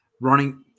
running